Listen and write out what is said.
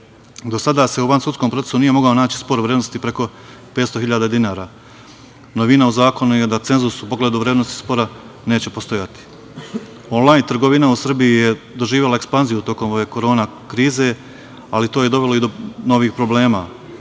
Do sada se u vansudskom procesu nije mogao naći spor u vrednosti preko 500 hiljada dinara. Novina u zakonu je da cenzus u pogledu vrednosti spora neće postojati. Onlajn trgovina u Srbiji je doživela ekspanziju tokom ove korona krize, ali to je dovelo i do novi problema,